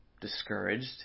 discouraged